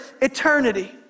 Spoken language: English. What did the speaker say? eternity